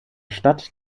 stadt